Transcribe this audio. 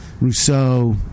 Rousseau